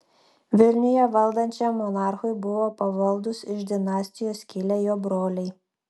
vilniuje valdančiam monarchui buvo pavaldūs iš dinastijos kilę jo broliai